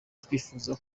twifuza